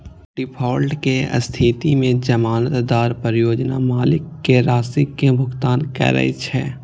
default के स्थिति मे जमानतदार परियोजना मालिक कें राशि के भुगतान करै छै